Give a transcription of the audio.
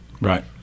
right